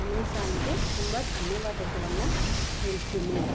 ಅಮೆಝಾನಿಗೆ ತುಂಬ ಧನ್ಯವಾದಗಳನ್ನು ಹೇಳ್ತೀನಿ